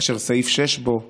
אשר סעיף 6 בו אומר: